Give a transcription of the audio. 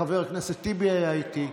חבר הכנסת טיבי היה איתי,